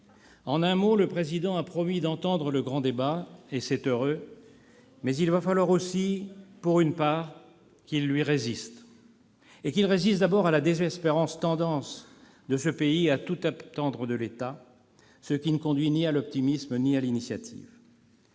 En un mot, le président a promis d'entendrele grand débat- c'est heureux -, mais il va falloir aussi, pour une part, qu'il lui résiste, et qu'il résiste, avant tout, à la désespérante tendance de ce pays à toutattendre de l'État, ce qui ne conduit ni à l'optimismeni à l'initiative.